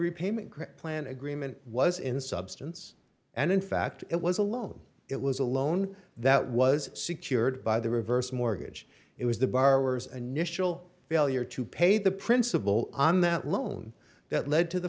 repayment plan agreement was in substance and in fact it was a low it was a loan that was secured by the reverse mortgage it was the borrowers initial failure to pay the principal on that loan that led to the